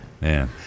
Man